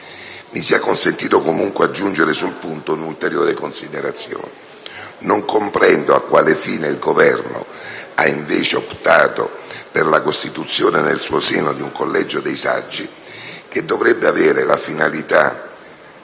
Mi sia consentito aggiungere sul punto un'ulteriore considerazione. Non comprendo a quale fine il Governo ha invece optato per la costituzione nel suo seno di un collegio dei saggi, che dovrebbe avere la finalità